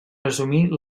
resumir